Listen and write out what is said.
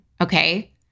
okay